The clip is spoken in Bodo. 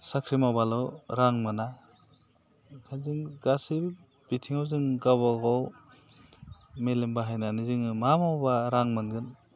साख्रि मावब्लाल' रां मोना ओंखायनो जों गासै बिथिङाव जों गावबा गाव मेलेम बाहायनानै जोङो मा मावब्ला रां मोनगोन